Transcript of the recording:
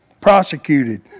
prosecuted